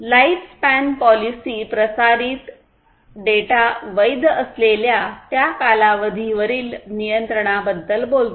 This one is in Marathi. लाइफ स्पेन पॉलिसी प्रसारित डेटा वैध असलेल्या त्या कालावधीवरील नियंत्रणाबद्दल बोलतो